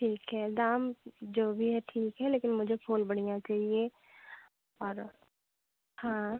ठीक है दाम जो भी हो ठीक है लेकिन मुझे फूल बढ़िया चाहिए और हाँ